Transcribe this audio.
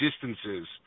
distances